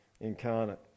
incarnate